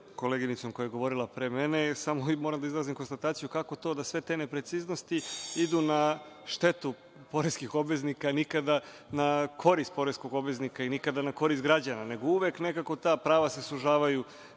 koleginicom koja je govorila pre mene. Samo moram da izrazim konstataciju kako to da sve te nepreciznosti idu na štetu poreskih obveznika, nikada na korist poreskog obveznika i nikada na korist građana, nego uvek nekako ta prava se sužavaju